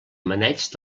maneig